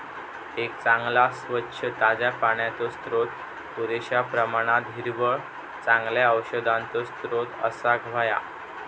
एक चांगला, स्वच्छ, ताज्या पाण्याचो स्त्रोत, पुरेश्या प्रमाणात हिरवळ, चांगल्या औषधांचो स्त्रोत असाक व्हया